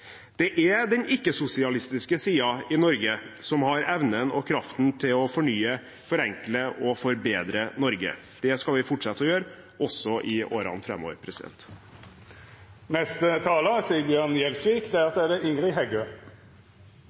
Det er den ikke-sosialistiske siden i Norge som har evnen og kraften til å fornye, forenkle og forbedre Norge. Det skal vi fortsette å gjøre også i årene